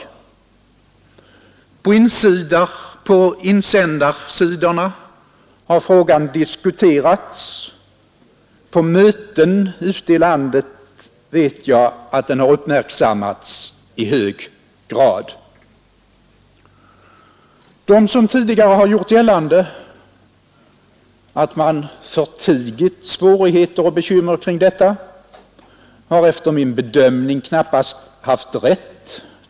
Frågan har diskuterats på insändarsidorna och jag vet att den i hög grad har uppmärksammats på möten ute i landet. De som tidigare har gjort gällande att man förtigit svårigheter och bekymmer i detta sammanhang har enligt min bedömning knappast haft rätt.